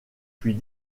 puis